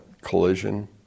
collision